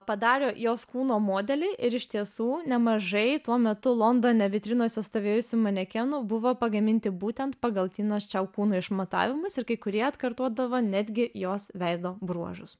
padarė jos kūno modelį ir iš tiesų nemažai tuo metu londone vitrinose stovėjusių manekenų buvo pagaminti būtent pagal tinos čiau kūno išmatavimus ir kai kurie atkartodavo netgi jos veido bruožus